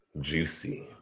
juicy